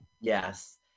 Yes